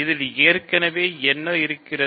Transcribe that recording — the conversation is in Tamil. இதில் ஏற்கனவே என்ன இருக்கிறது